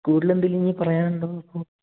കൂടുതൽ എന്തെങ്കിലും ഇനി പറയാനുണ്ടോ അപ്പോൾ